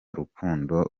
rukundo